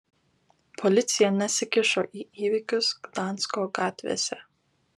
policija nesikišo į įvykius gdansko gatvėse